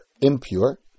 impure